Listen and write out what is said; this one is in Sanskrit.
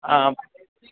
आम्